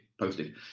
posted